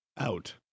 Out